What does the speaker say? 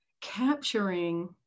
capturing